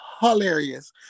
hilarious